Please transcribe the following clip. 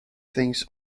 things